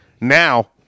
Now –